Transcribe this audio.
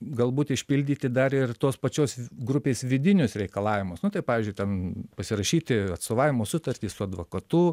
galbūt išpildyti dar ir tos pačios grupės vidinius reikalavimus nu tai pavyzdžiui ten pasirašyti atstovavimo sutartį su advokatu